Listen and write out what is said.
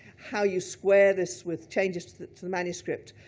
how you square this with changes to the to the manuscript.